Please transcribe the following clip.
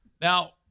Now